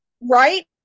Right